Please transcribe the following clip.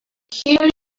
peculiar